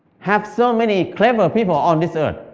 have so many clever people on this earth.